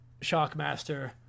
Shockmaster